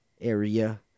area